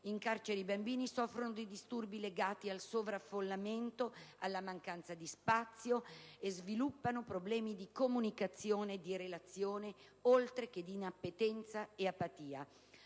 In carcere i bambini soffrono di disturbi legati al sovraffollamento, alla mancanza di spazio e sviluppano problemi di comunicazione e di relazione, oltre che inappetenza ed apatia.